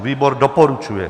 Výbor doporučuje.